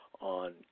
on